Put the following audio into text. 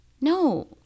no